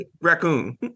raccoon